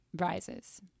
rises